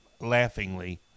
laughingly